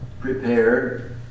prepared